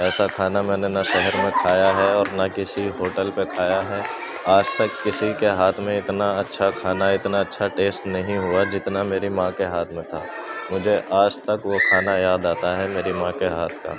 ایسا کھانا نہ میں نے شہر میں کھایا ہے اور نہ کسی ہوٹل پہ کھایا ہے آج تک کسی کے ہاتھ میں اتنا اچھا کھانا اتنا اچھا ٹیسٹ نہیں ہوا جتنا میری ماں کے ہاتھ میں تھا مجھے آج تک وہ کھانا یاد آتا ہے میری ماں کے ہاتھ کا